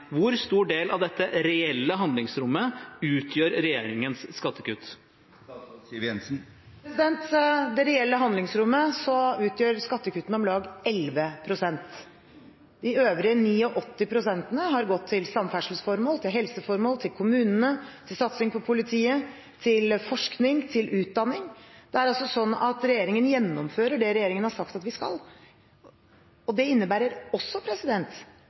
Hvor stor del av dette reelle handlingsrommet utgjør regjeringens skattekutt? Av det reelle handlingsrommet utgjør skattekuttene om lag 11 pst. De øvrige 89 pst. har gått til samferdselsformål, til helseformål, til kommunene, til satsing på politiet, til forskning, til utdanning. Det er altså sånn at regjeringen gjennomfører det regjeringen har sagt at vi skal, og det innebærer også